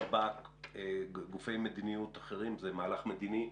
שב"כ וגופי מדיניות אחרים זה מהלך מדיני,